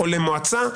או למועצה,